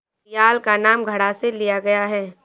घड़ियाल का नाम घड़ा से लिया गया है